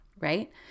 right